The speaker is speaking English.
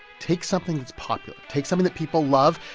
take something that's popular, take something that people love,